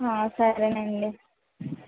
ఆ సరేనండి